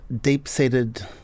deep-seated